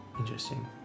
Interesting